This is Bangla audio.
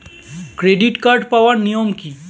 ক্রেডিট কার্ড পাওয়ার নিয়ম কী?